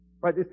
Right